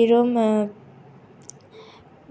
এরম